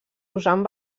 usen